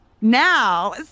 now